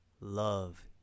love